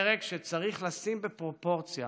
פרק שצריך לשים בפרופורציה